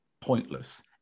pointless